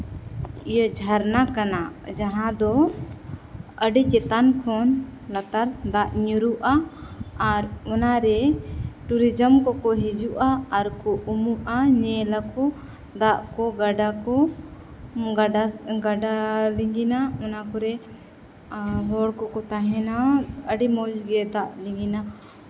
ᱤᱭᱟᱹ ᱡᱷᱟᱨᱱᱟ ᱠᱟᱱᱟ ᱡᱟᱦᱟᱸ ᱫᱚ ᱟᱹᱰᱤ ᱪᱮᱛᱟᱱ ᱠᱷᱚᱱ ᱞᱟᱛᱟᱨ ᱫᱟᱜ ᱧᱩᱨᱦᱩᱜᱼᱟ ᱟᱨ ᱚᱱᱟᱨᱮ ᱴᱩᱨᱤᱡᱚᱢ ᱠᱚᱠᱚ ᱦᱤᱡᱩᱜᱼᱟ ᱟᱨᱠᱚ ᱩᱢᱩᱜᱼᱟ ᱧᱮᱞ ᱟᱠᱚ ᱫᱟᱜ ᱠᱚ ᱜᱟᱰᱟ ᱠᱚ ᱜᱟᱰᱟ ᱞᱤᱸᱜᱤᱱᱟ ᱚᱱᱟ ᱠᱚᱨᱮ ᱦᱚᱲ ᱠᱚᱠᱚ ᱛᱟᱦᱮᱱᱟ ᱟᱹᱰᱤ ᱢᱚᱡᱽ ᱜᱮ ᱫᱟᱜ ᱞᱤᱸᱜᱤᱱᱟ